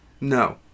No